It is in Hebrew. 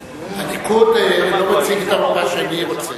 הליכוד לא מציג את המפה שאני רוצה.